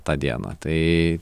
tą dieną tai